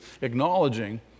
acknowledging